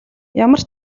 ямар